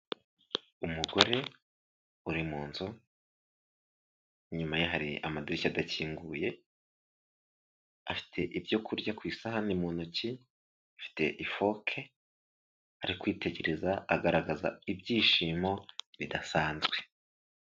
Umugore uri mu nzu inyuma hari amadirishya adakinguye afite ibyo kurya ku isahani mu ntoki afite ifoke ari kwitegereza agaragaza ibyishimo bidasanzwe.